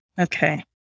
Okay